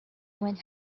went